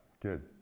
Good